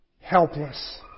helpless